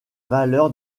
valeur